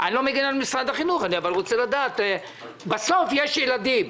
אני לא מגן על משרד החינוך, אבל בסוף יש ילדים.